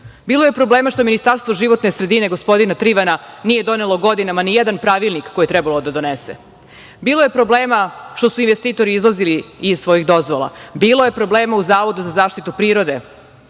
Bilo je problema što Ministarstvo životne sredine gospodina Trivana nije donelo godinama nijedan pravilnik koji je trebalo da donese. Bilo je problema što su investitori izlazili iz svojih dozvola. Bilo je problema u Zavodu za zaštitu prirode